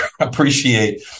appreciate